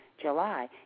july